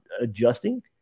adjusting